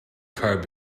car